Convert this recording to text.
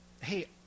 hey